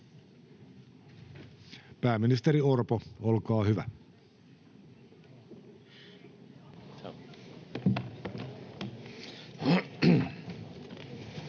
Pääministeri Orpo, olkaa hyvä.